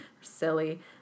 silly